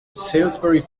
salisbury